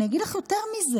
אני אגיד לך יותר מזה,